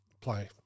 play